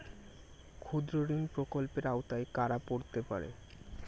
ক্ষুদ্রঋণ প্রকল্পের আওতায় কারা পড়তে পারে?